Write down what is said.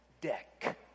deck